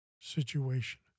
situation